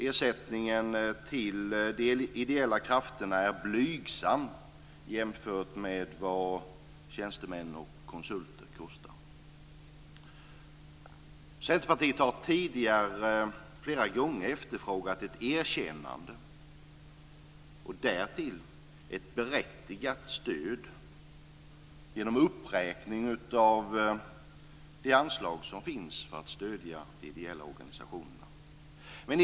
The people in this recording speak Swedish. Ersättningen till de ideella krafterna är blygsam jämfört med vad tjänstemän och konsulter kostar. Centerpartiet har tidigare flera gånger efterfrågat ett erkännande och därtill ett berättigat stöd genom uppräkning av de anslag som finns för att stödja de ideella organisationerna.